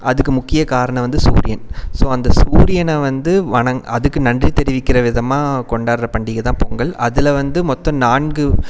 அதுக்கு முக்கியக்காரணம் வந்து சூரியன் ஸோ அந்த சூரியனை வந்து வணங்க அதுக்கு நன்றி தெரிவிக்கிற விதமாக கொண்டாடுற பண்டிகை தான் பொங்கல் அதில் வந்து மொத்தம் நான்கு